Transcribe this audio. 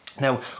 Now